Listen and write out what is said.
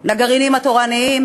הדירות לגרעינים התורניים,